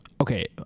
Okay